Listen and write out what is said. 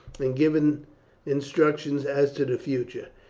and giving instructions as to the future.